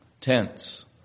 tents